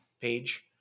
page